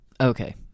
Okay